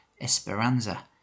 Esperanza